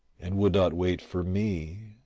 and would not wait for me.